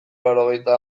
laurogeita